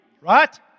right